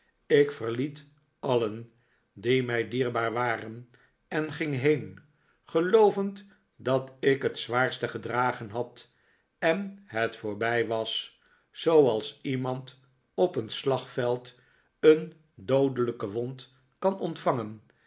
ik verliet alien die mij dierbaar waren en ging heen geloovend dat ik het zwaarste gedragen had en het voorbij was zooals iemand op een slagveld een doodelijke wond kan ontvangen